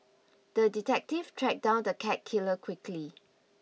the detective tracked down the cat killer quickly